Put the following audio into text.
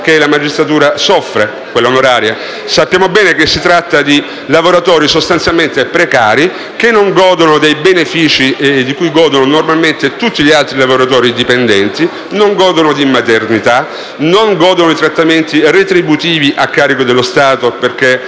la magistratura onoraria. Sappiamo bene che si tratta di lavoratori sostanzialmente precari che non godono dei benefici di cui usufruiscono normalmente tutti gli altri lavoratori dipendenti, cioè non godono di maternità né di trattamenti retributivi a carico dello Stato perché